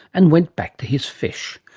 and went back to his fish.